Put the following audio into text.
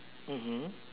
mmhmm